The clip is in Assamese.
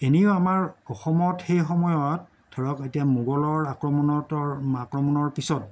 এনেও আমাৰ অসমত সেই সময়ত ধৰক এতিয়া মোগলৰ আক্ৰমণৰতৰ আক্ৰমণৰ পিছত